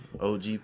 OG